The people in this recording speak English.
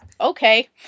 okay